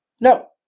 No